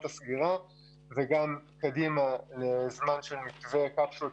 הסגירה וגם קדימה לזמן של מתווה קפסולות,